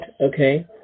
okay